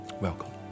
Welcome